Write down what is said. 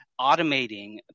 automating